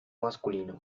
masculino